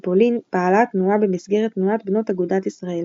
בפולין פעלה התנועה במסגרת תנועת בנות אגודת ישראל.